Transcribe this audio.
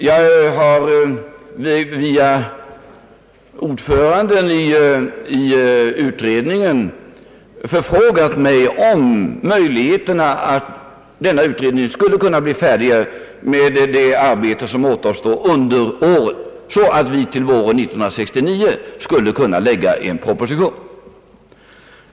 Jag har frågat ordföranden i utredningen, om utredningen skulle kunna bli färdig med det arbete som återstår under innevarande år, så att vi till våren 1969 skulle kunna framlägga en proposition i ämnet.